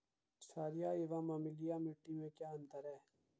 छारीय एवं अम्लीय मिट्टी में क्या अंतर है?